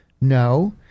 No